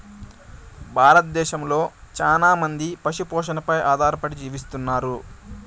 భారతదేశంలో చానా మంది పశు పోషణపై ఆధారపడి జీవిస్తన్నారు